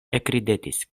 ekridetis